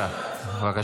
השבת